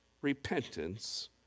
repentance